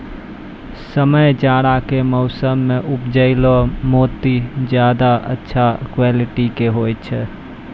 समय जाड़ा के मौसम मॅ उपजैलो मोती ज्यादा अच्छा क्वालिटी के होय छै